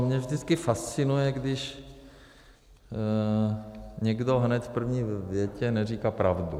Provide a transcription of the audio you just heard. No mě vždycky fascinuje, když někdo hned v první větě neříká pravdu.